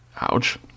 Ouch